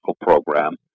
program